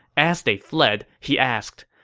as they fled, he asked,